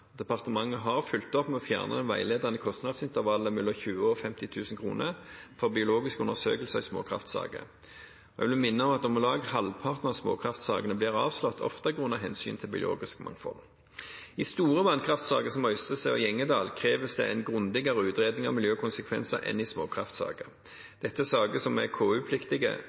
Departementet har fulgt opp med å fjerne det veiledende kostnadsintervallet mellom 20 000 og 50 000 kr for biologiske undersøkelser i småkraftsaker. Jeg vil minne om at om lag halvparten av småkraftsakene blir avslått, ofte grunnet hensyn til biologisk mangfold. I store vannkraftsaker, som Øystese og Gjengedal, kreves det en grundigere utredning av miljøkonsekvenser enn i småkraftsaker. Dette er saker som er